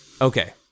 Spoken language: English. Okay